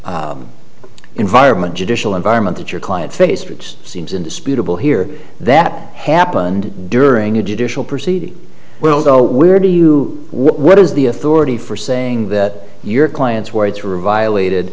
environment judicial environment that your client faced which seems indisputable here that happened during a judicial proceeding well no where do you what is the authority for saying that your client's words were violated